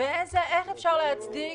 איך אפשר להצדיק